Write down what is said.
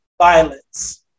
violence